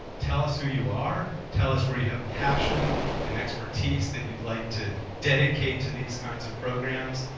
tell us who you are, tell us where you have passion and expertise that you'd like to dedicate to these kinds of programs,